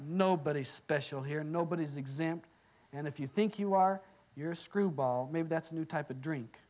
nobody special here nobody's exempt and if you think you are your screwball maybe that's a new type of drink